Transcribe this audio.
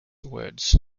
words